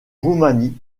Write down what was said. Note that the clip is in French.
roumanie